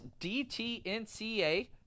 DTNCA